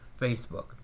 Facebook